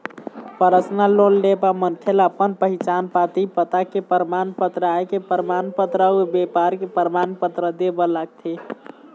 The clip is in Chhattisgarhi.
परसनल लोन ले बर मनखे ल अपन पहिचान पाती, पता के परमान पत्र, आय के परमान पत्र अउ बेपार के परमान पत्र दे बर लागथे